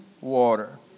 water